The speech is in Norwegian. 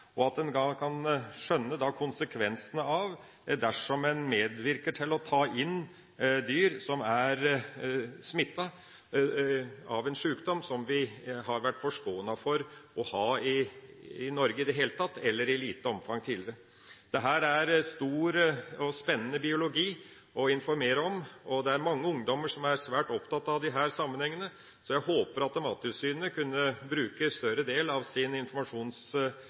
og at man kan forstå konsekvensene av å medvirke til å ta inn dyr som er smittet av en sjukdom, som vi har vært forskånet fra å ha i Norge i det hele tatt – eller i lite omfang – tidligere. Dette er stor og spennende biologi å informere om, og det er mange ungdommer som er svært opptatt av disse sammenhengene, så jeg håper at Mattilsynet kan bruke en større del av sin